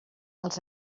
als